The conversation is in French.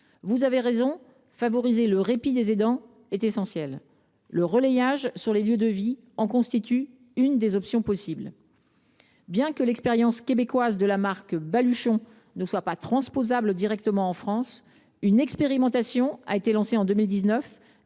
essentiel de favoriser le répit des aidants. Le relayage sur les lieux de vie en constitue l’une des options possibles. Bien que l’expérience québécoise de la marque baluchon ne soit pas transposable directement en France, une expérimentation a été lancée en 2019